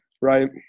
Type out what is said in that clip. right